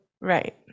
Right